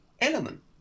element